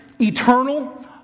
eternal